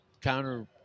counter